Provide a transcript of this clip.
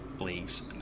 leagues